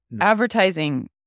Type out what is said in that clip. Advertising